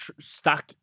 stuck